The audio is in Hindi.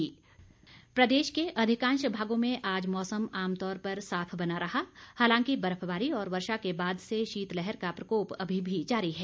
मौसम प्रदेश के अधिकांश भागों में आज मौसम आमतौर पर साफ बना रहा हालांकि बर्फबारी और वर्षा के बाद से शीतलहर का प्रकोप अभी भी जारी है